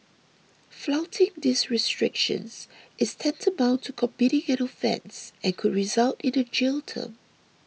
flouting these restrictions is tantamount to committing an offence and could result in a jail term